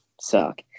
suck